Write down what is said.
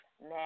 now